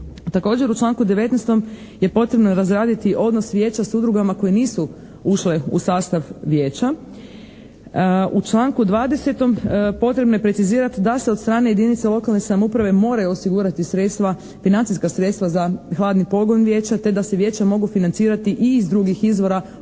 Također u članku 19. je potrebno razraditi odnos Vijeća s udrugama koje nisu ušle u sastav Vijeća. U članku 20. potrebno je precizirati da se od strane jedinica lokalne samouprave moraju osigurati sredstva, financijska sredstva za hladni pogon Vijeća te da se Vijeća mogu financirati i iz drugih izvora osim